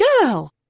girl